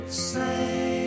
say